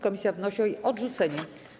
Komisja wnosi o jej odrzucenie.